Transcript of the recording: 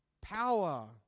power